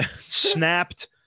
Snapped